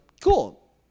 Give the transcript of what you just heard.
cool